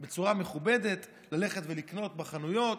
ללכת בצורה מכובדת ולקנות בחנויות.